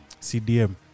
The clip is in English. CDM